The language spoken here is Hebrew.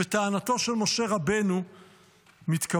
וטענתו של משה רבנו מתקבלת.